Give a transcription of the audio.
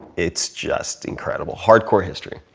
it's just incredible. hardcore history.